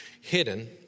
hidden